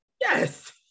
Yes